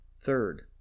Third